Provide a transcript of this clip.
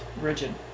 rigid